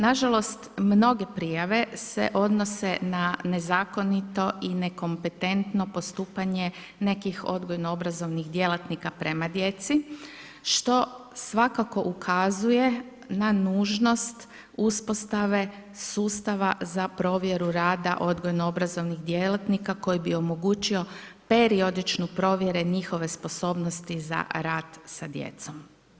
Nažalost mnoge prijave se odnose na nezakonito i nekompetentno postupanje nekih odgojno obrazovnih djelatnika prema djeci što svakako ukazuje na nužnost uspostave sustava za provjeru rada odgojno-obrazovnih djelatnika koji bi omogućio periodične provjere njihove sposobnosti za rad sa djecom.